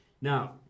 Now